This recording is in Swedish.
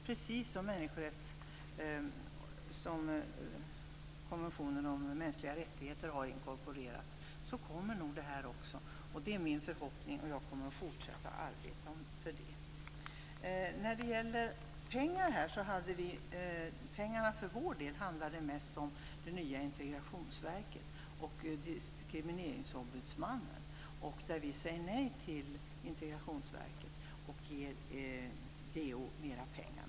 Precis som konventionen om mänskliga rättigheter har inkorporerats kommer nog barnkonventionen också att inkorporeras. Det är min förhoppning, och jag kommer att fortsätta att arbeta för det. När det gäller pengar handlar det för vår del mest om det nya integrationsverket och Diskrimineringsombudsmannen. Vi säger nej till ett integrationsverk och ger DO mer pengar.